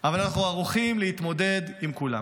אבל אנחנו ערוכים להתמודד עם כולן.